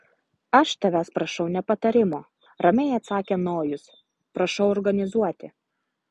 aš tavęs prašau ne patarimo ramiai atsakė nojus prašau organizuoti